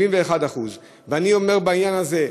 71%. ואני אומר בעניין הזה: